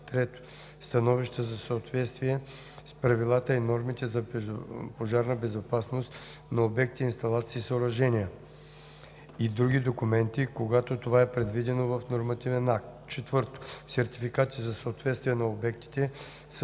3. становища за съответствие с правилата и нормите за пожарна безопасност на обекти, инсталации и съоръжения и други документи, когато това е предвидено в нормативен акт; 4. сертификати за съответствие на обектите с